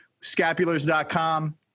Scapulars.com